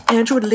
Andrew